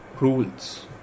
rules